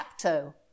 capto